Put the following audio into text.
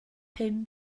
pum